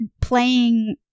playing